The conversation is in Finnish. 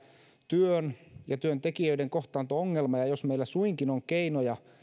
työn ja työntekijöiden kohtaanto ongelma ja jos meillä suinkin on keinoja